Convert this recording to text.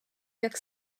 jak